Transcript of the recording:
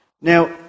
Now